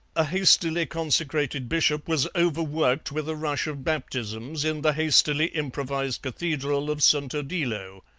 a hastily consecrated bishop was overworked with a rush of baptisms in the hastily improvised cathedral of st. odilo.